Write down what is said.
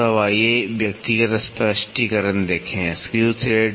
तो अब आइए व्यक्तिगत स्पष्टीकरण देखें स्क्रू थ्रेड